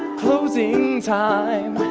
closing time,